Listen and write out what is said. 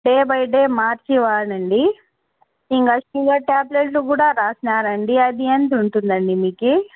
day by day మార్చి వాడండి ఇంకా షుగర్ ట్యాబ్లెట్లు కూడా రాసినారు అండి అది ఎంత ఉంటుంది అండి మీకు